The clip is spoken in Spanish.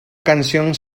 canción